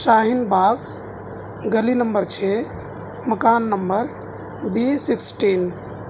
شاہین باغ گلی نمبر چھ مکان نمبر بی سکٹین